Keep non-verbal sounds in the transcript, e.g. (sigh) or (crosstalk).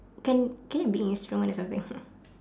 can can it be instrument or something (laughs)